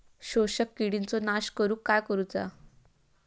शोषक किडींचो नाश करूक काय करुचा?